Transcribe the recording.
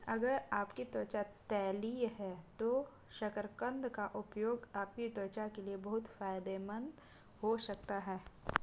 अगर आपकी त्वचा तैलीय है तो शकरकंद का उपयोग आपकी त्वचा के लिए बहुत फायदेमंद हो सकता है